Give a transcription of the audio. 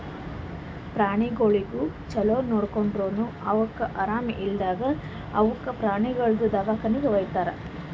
ಪ್ರಾಣಿಗೊಳಿಗ್ ಛಲೋ ನೋಡ್ಕೊಂಡುರನು ಅವುಕ್ ಆರಾಮ ಇರ್ಲಾರ್ದಾಗ್ ಅವುಕ ಪ್ರಾಣಿಗೊಳ್ದು ದವಾಖಾನಿಗಿ ವೈತಾರ್